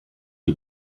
die